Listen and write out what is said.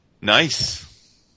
Nice